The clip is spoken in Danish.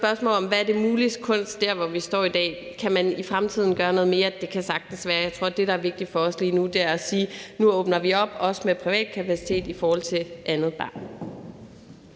hvad det muliges kunst er der, hvor vi står i dag. Kan man i fremtiden gøre noget mere? Det kan sagtens være. Jeg tror, at det, der er vigtigt for os lige nu, er at sige, at nu åbner vi op, også med privat kapacitet, i forhold til andet barn.